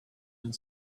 and